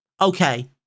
okay